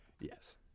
Yes